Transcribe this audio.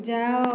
ଯାଅ